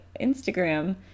Instagram